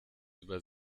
über